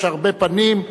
יש הרבה פנים.